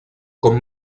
com